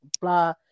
blah